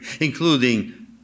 including